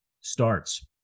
starts